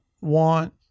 want